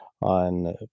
on